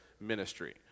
ministry